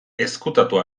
ezkutatu